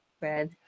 Red